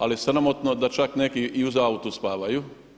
Ali sramotno da čak neki i u autu spavaju.